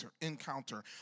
encounter